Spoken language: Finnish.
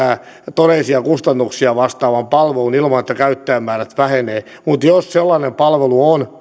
todellisia kustannuksia vastaavan palvelun ilman että käyttäjämäärät vähenevät mutta jos sellainen palvelu on